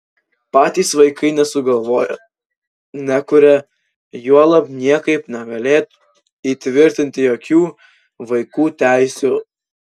patys vaikai nesugalvoja nekuria juolab niekaip negalėtų įtvirtinti jokių vaikų teisių